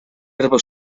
herba